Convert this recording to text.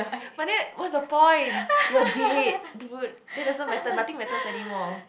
but then what's the point you're dead dude that doesn't matter nothing matters anymore